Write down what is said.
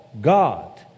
God